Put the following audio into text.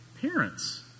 parents